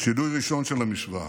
שינוי ראשון של המשוואה.